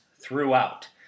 throughout